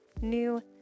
new